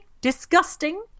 disgusting